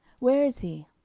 where is he?